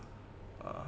uh